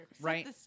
Right